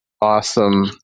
Awesome